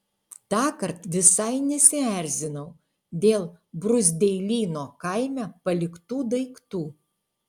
tąkart visai nesierzinau dėl bruzdeilyno kaime paliktų daiktų